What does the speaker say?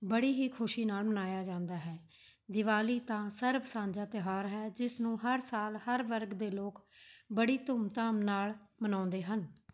ਬੜੀ ਹੀ ਖੁਸ਼ੀ ਨਾਲ਼ ਮਨਾਇਆ ਜਾਂਦਾ ਹੈ ਦਿਵਾਲੀ ਤਾਂ ਸਰਬ ਸਾਂਝਾ ਤਿਉਹਾਰ ਹੈ ਜਿਸ ਨੂੰ ਹਰ ਸਾਲ ਹਰ ਵਰਗ ਦੇ ਲੋਕ ਬੜੀ ਧੂਮਧਾਮ ਨਾਲ਼ ਮਨਾਉਂਦੇ ਹਨ